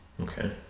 okay